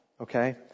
Okay